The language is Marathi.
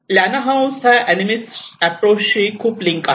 लॅना हाऊस हा अॅनिमिस्ट अॅप्रोच शी खूप लिंक आहे